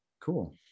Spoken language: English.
Cool